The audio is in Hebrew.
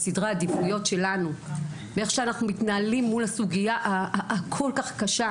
בסדרי העדיפויות שלנו ואיך שאנחנו מתנהלים בסוגיה הכול כך קשה,